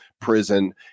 prison